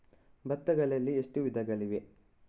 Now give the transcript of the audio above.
ಭತ್ತಗಳಲ್ಲಿ ಎಷ್ಟು ವಿಧಗಳಿವೆ?